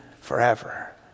forever